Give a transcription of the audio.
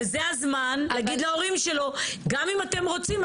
וזה הזמן להגיד להורים שלו גם אם אתם רוצים,